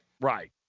Right